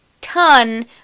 ton